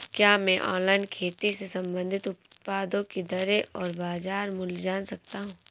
क्या मैं ऑनलाइन खेती से संबंधित उत्पादों की दरें और बाज़ार मूल्य जान सकता हूँ?